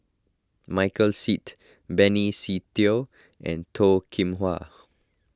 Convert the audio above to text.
Michael Seet Benny Se Teo and Toh Kim Hwa